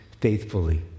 faithfully